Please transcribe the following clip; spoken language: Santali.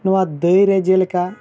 ᱱᱚᱣᱟ ᱫᱟᱹᱭ ᱨᱮ ᱡᱮᱞᱮᱠᱟ